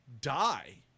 die